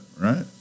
right